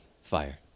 fire